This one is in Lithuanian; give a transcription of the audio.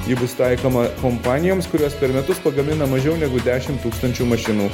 ji bus taikoma kompanijoms kurios per metus pagamina mažiau negu dešim tūkstančių mašinų